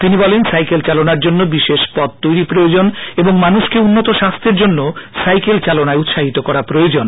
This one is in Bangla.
তিনি বলেন সাইকেল চালনার জন্য বিশেষ পথ তৈরী প্রয়োজন এবং মানুষকে উন্নত স্বাস্থ্যের জন্য সাইকেল চালনায় উৎসাহিত করা প্রয়োজন